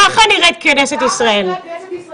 ככה נראית כנסת ישראל.